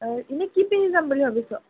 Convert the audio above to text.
এই এনেই কি পিন্ধি যাম বুলি ভাবিছ